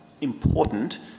important